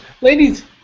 Ladies